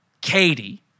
Katie